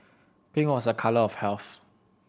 pink was a colour of health